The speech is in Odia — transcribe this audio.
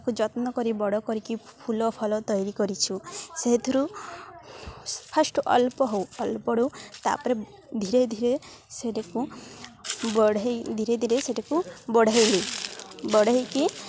ତାକୁ ଯତ୍ନ କରି ବଡ଼ କରିକି ଫୁଲ ଫଲ ତିଆରି କରିଛୁ ସେଥିରୁ ଫାଷ୍ଟ ଅଳ୍ପ ହେଉ ଅଳ୍ପ ତାପରେ ଧୀରେ ଧୀରେ ସେଟାକୁ ବଢ଼ାଇ ଧୀରେ ଧୀରେ ସେଟାକୁ ବଢ଼ାଇ ହେଉ ବଢ଼ାଇକି